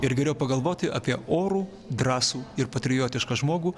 ir geriau pagalvoti apie orų drąsų ir patriotišką žmogų